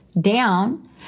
down